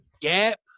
gap